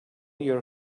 your